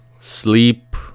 sleep